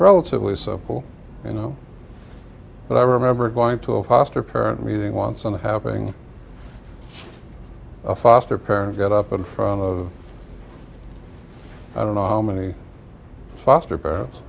relatively simple you know but i remember going to a foster parent meeting once and having a foster parent get up in front of i don't know how many foster parents